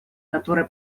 которые